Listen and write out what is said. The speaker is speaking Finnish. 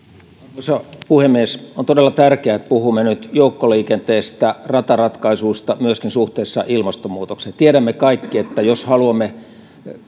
arvoisa puhemies on todella tärkeää että puhumme nyt joukkoliikenteestä ja rataratkaisuista myöskin suhteessa ilmastonmuutokseen tiedämme kaikki että jos haluamme